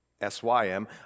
S-Y-M